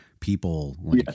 people